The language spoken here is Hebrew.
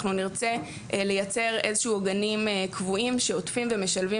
נרצה לייצר עוגנים קבועים שעוטפים ומשלבים